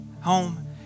home